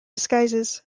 disguises